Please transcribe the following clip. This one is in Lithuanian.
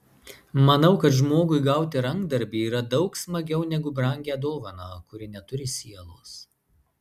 manau kad žmogui gauti rankdarbį yra daug smagiau negu brangią dovaną kuri neturi sielos